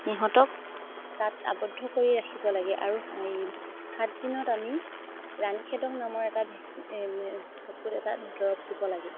সিহঁতক তাত আবদ্ধ কৰি ৰাখিব লাগে আৰু সাত দিনত আমি ৰাণী খেতক নামৰ এটা ভেকচিন চকুত এটা দৰৱ দিব লাগে